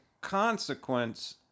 consequence